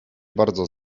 bardzo